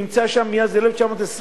שנמצא שם מאז 1926,